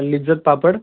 Lijjat पापड